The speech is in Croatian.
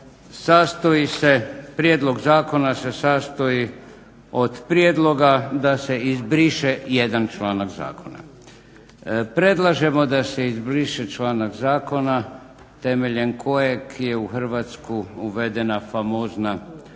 prijedlog zakona se sastoji od prijedloga da se izbriše jedan članak zakona. Predlažemo da se izbriše članak zakona temeljem kojeg je u Hrvatsku uvedena famozna